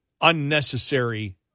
unnecessary